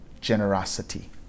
generosity